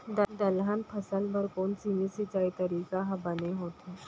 दलहन फसल बर कोन सीमित सिंचाई तरीका ह बने होथे?